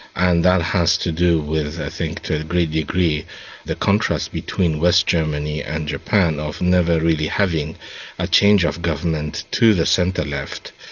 and that has to do with i think to a great degree the contrast between west germany and japan of never really having a change of government to the centre left,